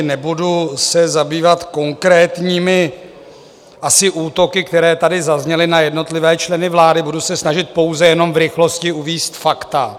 Nebudu se zabývat konkrétními asi útoky, které tady zazněly na jednotlivé členy vlády, budu se snažit pouze jenom v rychlosti uvést fakta.